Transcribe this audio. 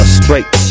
straight